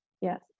Yes